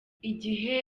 igihe